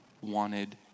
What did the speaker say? wanted